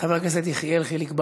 חבר הכנסת יחיאל חיליק בר,